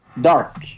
Dark